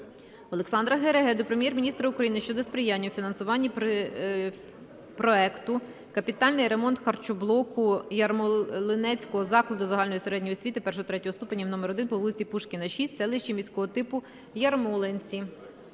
Олександра Гереги до Прем'єр-міністра України щодо сприяння у фінансуванні проекту "Капітальний ремонт харчоблоку Ярмолинецького закладу загальної середньої освіти І-ІІІ ступенів №1 по вулиці Пушкіна, 6 в селищі міського типу Ярмолинці".